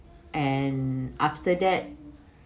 and after that